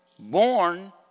born